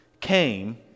came